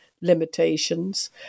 limitations